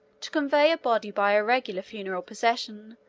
to convey a body by a regular funeral procession,